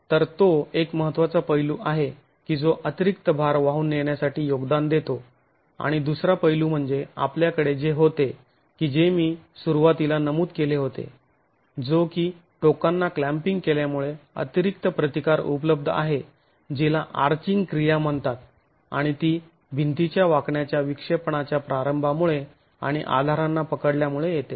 तर तो एक महत्त्वाचा पैलू आहे की जो अतिरिक्त भार वाहून नेण्यासाठी योगदान देतो आणि दुसरा पैलू म्हणजे आपल्याकडे जे होते की जे मी सुरुवातीला नमूद केले होते जो की टोकांना क्लँपिंग केल्यामुळे अतिरिक्त प्रतिकार उपलब्ध आहे जीला आर्चींग क्रिया म्हणतात आणि ती भिंतीच्या वाकण्याच्या विक्षेपणाच्या प्रारंभामुळे आणि आधारांना पकडल्यामुळे येते